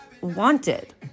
wanted